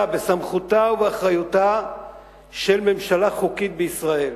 בסמכותה ובאחריותה של ממשלה חוקית בישראל.